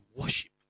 worship